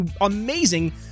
amazing